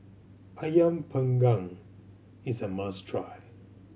Ayam Panggang is a must try